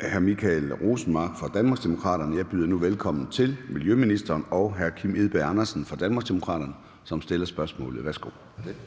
hr. Michael Rosenmark fra Danmarksdemokraterne. Jeg byder nu velkommen til miljøministeren og hr. Kim Edberg Andersen fra Danmarksdemokraterne, som stiller spørgsmålet. Kl.